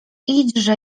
idźże